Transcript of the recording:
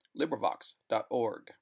LibriVox.org